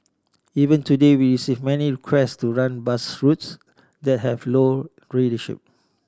even today we receive many requests to run bus routes that have low ridership